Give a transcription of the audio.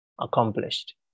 accomplished